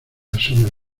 asoman